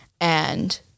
And-